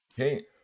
Okay